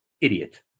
Idiot